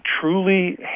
truly